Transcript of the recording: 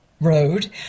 Road